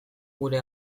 gure